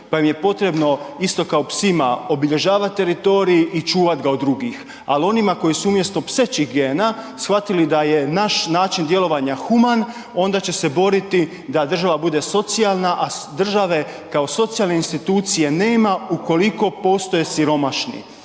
pa im je potrebno isto kao psima obilježavati teritorij i čuvati ga od drugih ali onima koji su umjesto psećih gena shvatili da je naš način djelovanja human onda će se boriti da država bude socijalna, a države kao socijalne institucije nema ukoliko postoje siromašni.